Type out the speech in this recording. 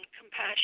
compassion